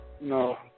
No